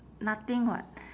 nothing [what]